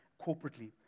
corporately